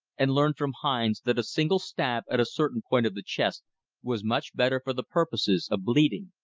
and learned from hines that a single stab at a certain point of the chest was much better for the purposes of bleeding.